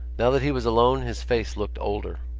now that he was alone his face looked older.